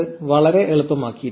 ഇത് വളരെ എളുപ്പമാക്കുന്നു